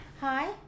Hi